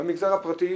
במגזר הפרטי